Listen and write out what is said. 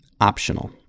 optional